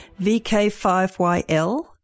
VK5YL